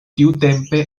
tiutempe